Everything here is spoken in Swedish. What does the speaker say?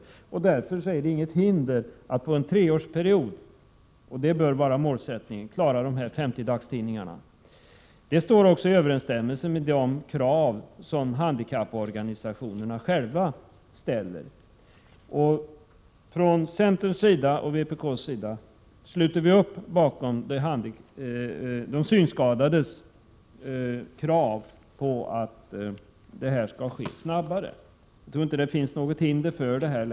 Vi menar att det därför inte finns något som hindrar att man under en treårsperiod klarar dessa 50 dagstidningar, vilket bör vara en målsättning. Detta står också i överensstämmelse med de krav som handikapporganisationerna själva ställer. Centern och vpk sluter upp bakom de synskadades krav på att utbyggnaden skall ske snabbare. Jag tror att det inte längre finns något hinder för detta.